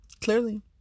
Clearly